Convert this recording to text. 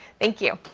thank you.